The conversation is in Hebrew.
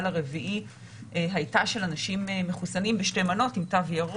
אלרעי-פרייס מופיעה אצלכם בטאבלטים בבקשה.